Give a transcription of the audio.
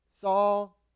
Saul